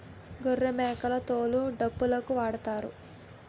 గొర్రెలమేకల తోలు డప్పులుకు వాడుతారు